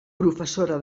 professora